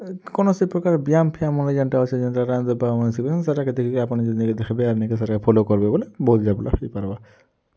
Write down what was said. କୌଣସି ପ୍ରକାର୍ ବ୍ୟାୟାମ୍ ଫ୍ୟାୟାମ୍ ମାନେ ଯେନଟା ଅଛେ ଯେନ୍ତାଟା ସେଟାକେ ଦେଖିକି ଆପନ୍ ଯଦି ଦେଖବେ ଆର୍ ନିକେ ଫଲୋ କରବେ ବୋଲେ ହେଇପାରବା